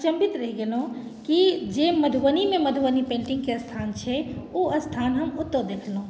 अचम्भित रहि गेलहुँ कि जे मधुबनीमे मधुबनी पेन्टिङ्गके स्थान छै ओ स्थान हम ओतऽ देखलहुँ